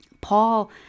Paul